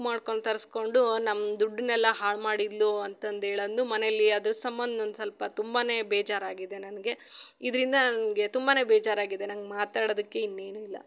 ಮಾಡ್ಕಂಡು ತರಿಸ್ಕೊಂಡು ನಮ್ಮ ದುಡ್ಡನ್ನೆಲ್ಲ ಹಾಳು ಮಾಡಿದ್ಲು ಅಂತಂದು ಹೇಳಂದು ಮನೇಲಿ ಅದ್ರ ಸಂಬಂಧ ಒಂದು ಸ್ವಲ್ಪ ತುಂಬಾ ಬೇಜಾರಾಗಿದೆ ನನಗೆ ಇದರಿಂದ ನನಗೆ ತುಂಬಾ ಬೇಜಾರಾಗಿದೆ ನಂಗೆ ಮಾತಾಡೋದಕ್ಕೆ ಇನ್ನೇನು ಇಲ್ಲ